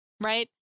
Right